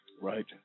Right